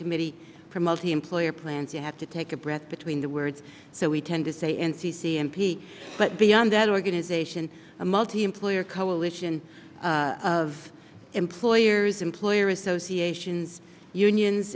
committee for multiemployer plans you have to take a breath between the words so we tend to say and c c m p but beyond that organization a multi employer coalition of employers employer associations unions